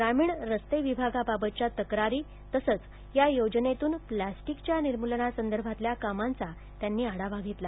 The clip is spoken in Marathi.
ग्रामीण रस्ते विभागाबाबतच्या तक्रारी तसंच या योजनेतून प्लॅस्टिकच्या निर्मूलनासंदर्भातल्या कामांचा त्यांनी आढावा घेतला